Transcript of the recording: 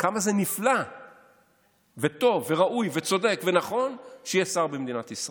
כמה זה נפלא וטוב וראוי וצודק ונכון שיהיה שר במדינת ישראל.